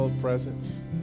presence